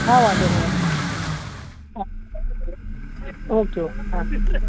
હા વાંધો નહીં વાંધો નહીં હા ઓકે ઓકે હા